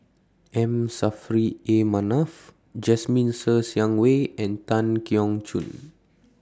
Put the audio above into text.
M Saffri A Manaf Jasmine Ser Xiang Wei and Tan Keong Choon